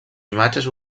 imatges